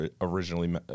originally